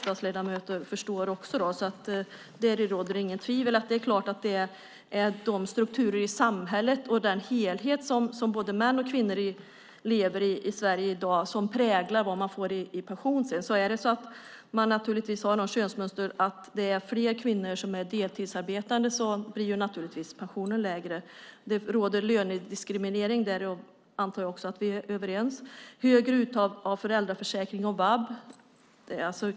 Det råder inget tvivel om att strukturerna i samhället och den helhet i vilken både män och kvinnor lever i Sverige i dag präglar vad man får i pension sedan. Jag antar att alla riksdagsledamöter förstår det. Om man har könsmönstret att fler kvinnor är deltidsarbetande blir naturligtvis pensionen lägre för dem. Det råder lönediskriminering; därom antar jag att vi också är överens. Kvinnor har högre uttag av föräldraförsäkring och VAB.